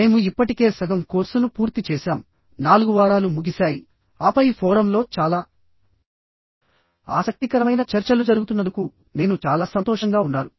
మేము ఇప్పటికే సగం కోర్సును పూర్తి చేశాం నాలుగు వారాలు ముగిశాయి ఆపై ఫోరమ్లో చాలా ఆసక్తికరమైన చర్చలు జరుగుతున్నందుకు నేను చాలా సంతోషంగా ఉన్నాను